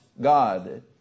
God